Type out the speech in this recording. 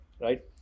right